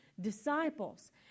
disciples